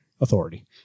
authority